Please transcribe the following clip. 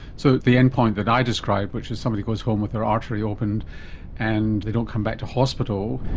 so the end point that i described, which is somebody goes home with their artery opened and they don't come back to hospital,